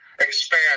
expand